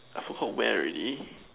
I forgot where already